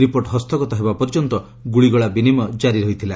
report ହସ୍ତଗତ ହେବା ପର୍ଯ୍ୟନ୍ତ ଗୁଳିଗୋଳା ବିନିମୟ କାରି ରହିଥିଲା